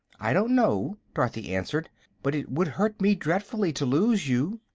i don't know, dorothy answered but it would hurt me dre'fully to lose you.